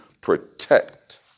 protect